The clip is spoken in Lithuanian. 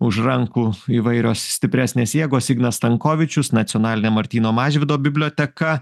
už rankų įvairios stipresnės jėgos ignas stankovičius nacionalinė martyno mažvydo biblioteka